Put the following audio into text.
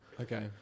Okay